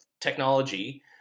technology